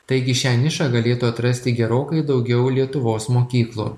taigi šią nišą galėtų atrasti gerokai daugiau lietuvos mokyklų